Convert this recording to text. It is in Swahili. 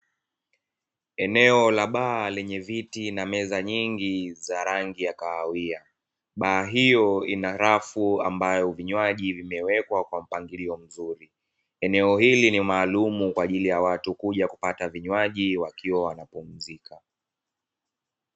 Eneo la baa lenye viti na meza nyingi za rangi ya kahawia, baa hiyo ina rafu ambayo vinywaji vimewekwa kwa mpangilio mzuri. Eneo hili ni maalumu kwa ajili ya watu kuja kupata vinywaji wakiwa wanapumzika.